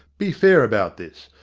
be fair about this.